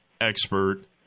expert